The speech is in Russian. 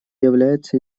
является